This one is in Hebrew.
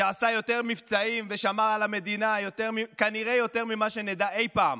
שעשה יותר מבצעים ושמר על המדינה כנראה יותר ממה שנדע אי פעם?